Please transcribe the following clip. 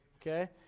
Okay